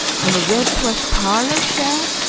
an' a red-plush parlor set,